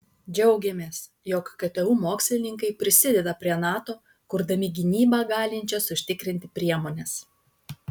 džiaugiamės jog ktu mokslininkai prisideda prie nato kurdami gynybą galinčias užtikrinti priemones